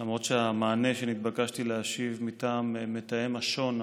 למרות שהמענה שנתבקשתי להשיב מטעם מתאם השו"ן,